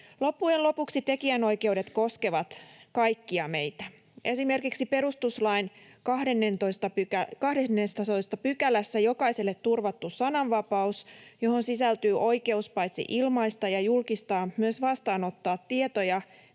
Loppujen lopuksi tekijänoikeudet koskevat kaikkia meitä. Esimerkiksi perustuslain 12 §:ssä on jokaiselle turvattu sananvapaus, johon sisältyy oikeus paitsi ilmaista ja julkistaa myös vastaanottaa tietoja,